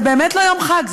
זה באמת לא יום חג,